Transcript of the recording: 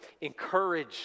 Encourage